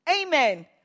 Amen